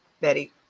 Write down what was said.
Betty